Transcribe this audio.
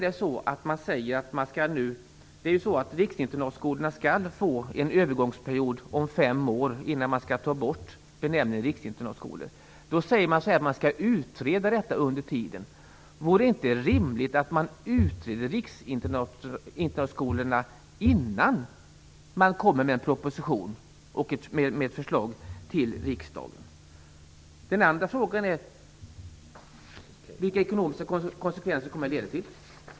Det är ju så att riksinternatskolorna skall få en övergångsperiod om fem år innan man tar bort benämningen riksinternatskolor. Under tiden skall man utreda detta, säger man. Vore det inte rimligt att man utredde riksinternatskolorna innan man lägger fram ett förslag till riksdagen? Den andra frågan gäller vilka konsekvenser detta kommer att leda till.